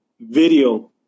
video